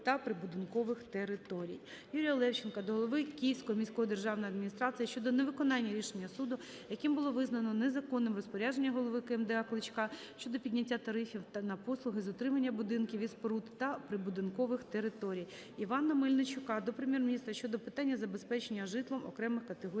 Юрія Левченка до голови Київської міської державної адміністрації щодо невиконання рішення суду, яким було визнано незаконним розпорядження голови КМДА Кличка щодо підняття тарифів на послуги з утримання будинків і споруд та прибудинкових територій. Івана Мельничука до Прем'єр-міністра щодо питання забезпечення житлом окремих категорій